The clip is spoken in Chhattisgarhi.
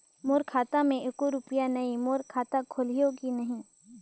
मोर खाता मे एको रुपिया नइ, मोर खाता खोलिहो की नहीं?